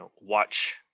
watch